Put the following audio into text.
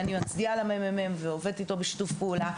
שאני גם מצדיעה לו ועובדת אתו בשיתוף פעולה,